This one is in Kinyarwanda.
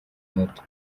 moto